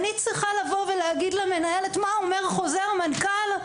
אני צריכה לבוא ולהגיד למנהלת מה אומר חוזר מנכ"ל.